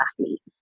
athletes